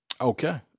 Okay